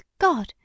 God